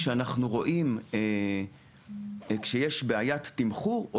כשאנחנו רואים שיש בעיית תמחור...